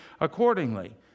accordingly